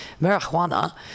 marijuana